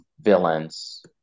villains